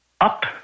up